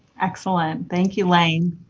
excellent. thank you, laine.